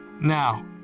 Now